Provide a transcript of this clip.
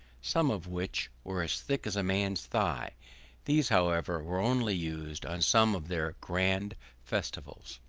some of which were as thick as a man's thigh these, however, were only used on some of their grand festivals.